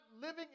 living